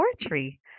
poetry